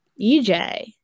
EJ